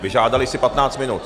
Vyžádali si patnáct minut.